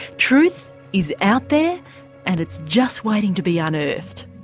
truth is out there and it's just waiting to be unearthed.